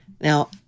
Now